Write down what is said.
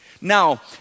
Now